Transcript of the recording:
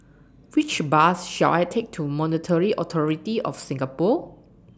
Which Bus should I Take to Monetary Authority of Singapore